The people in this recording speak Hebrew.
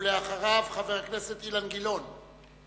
ואחריו, חבר הכנסת אילן גילאון.